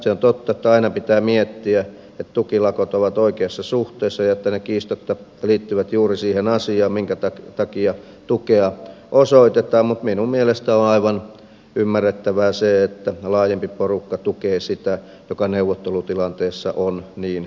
se on totta että aina pitää miettiä että tukilakot ovat oikeassa suhteessa jotta ne kiistatta liittyvät juuri siihen asiaan minkä takia tukea osoitetaan mutta minun mielestäni on aivan ymmärrettävää se että laajempi porukka tukee sitä joka neuvottelutilanteessa on niin heikoilla